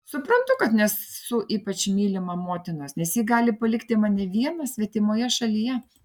suprantu kad nesu ypač mylima motinos nes ji gali palikti mane vieną svetimoje šalyje